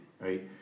right